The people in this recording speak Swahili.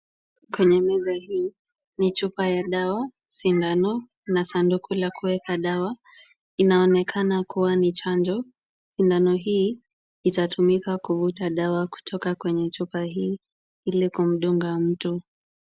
Kwenye meza hii, ni chupa ya dawa, sindano na sanduku la kuweka dawa. Inaonekana kuwa ni chanjo. Sindano hii itatumika kuvuta dawa kutoka kwenye chupa hii ili kumdunga mtu.